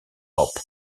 hop